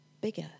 bigger